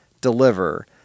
deliver